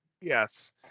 Yes